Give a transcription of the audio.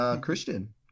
Christian